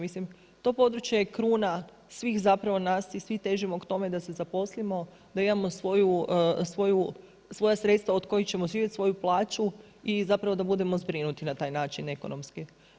Mislim to područje je kruna svih zapravo nas i svi težimo k tome da se zaposlimo, da imamo svoja sredstva od kojih ćemo živjeti, svoju plaću i zapravo da budemo zbrinuti na taj način ekonomski.